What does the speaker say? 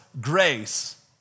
grace